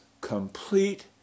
complete